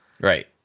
Right